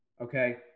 okay